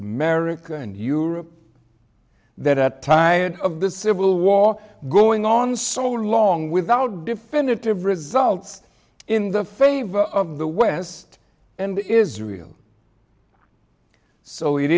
america and europe that at time of the civil war going on so long without definitive results in the favor of the west and israel so it